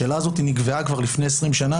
השאלה הזאת נקבעה כבר לפני 20 שנה,